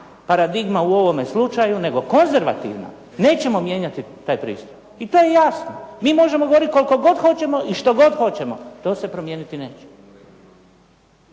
paradigma u ovome slučaju, nego konzervativna, nećemo mijenjati taj pristup, i to je jasno. Mi možemo govoriti koliko god hoćemo i što god hoćemo, to se promijeniti neće.